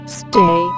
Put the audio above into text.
stay